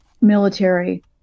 military